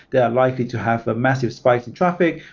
they're likely to have a massive spike in traffic.